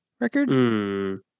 record